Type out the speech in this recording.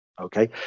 Okay